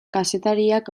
kazetariak